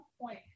point